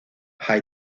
high